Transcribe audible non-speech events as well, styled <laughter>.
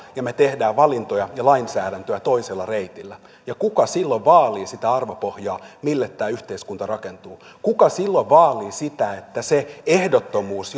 ja me teemme valintoja ja lainsäädäntöä toisella reitillä ja kuka silloin vaalii sitä arvopohjaa mille tämä yhteiskunta rakentuu kuka silloin vaalii sitä että se ehdottomuus <unintelligible>